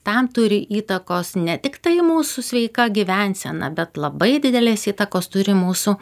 tam turi įtakos ne tiktai mūsų sveika gyvensena bet labai didelės įtakos turi mūsų